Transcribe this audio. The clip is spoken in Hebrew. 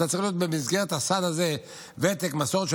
אתה צריך להיות במסגרת הסל הזה של ותק ומסורת של